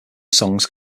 songs